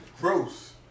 gross